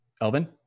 Elvin